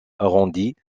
arrondies